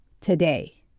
today